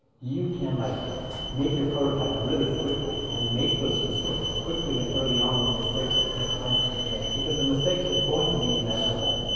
you can like make your prototypes really quickly and make those mistakes quickly and early on when mistakes are inexpensive to make, because the mistakes are going to be inevitable.